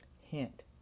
Hint